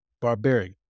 barbaric